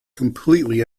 completely